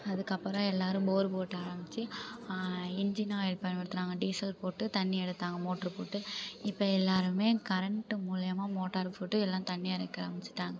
அதுக்கப்புறம் எல்லோரும் போர் போட்டு ஆரமித்து இன்ஜின் ஆயில் பயன்படுத்துனாங்க டீசல் போட்டு தண்ணி எடுத்தாங்க மோட்ரு போட்டு இப்போ எல்லோருமே கரண்ட்டு மூலிமா மோட்டார் போட்டு எல்லாம் தண்ணி எடுக்க ஆரமிச்சிட்டாங்க